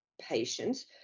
patients